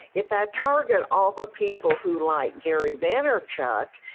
if i target all the people who like gary vaynerchuk,